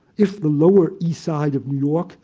if the lower east side of new york